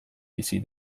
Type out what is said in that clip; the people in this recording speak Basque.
bizi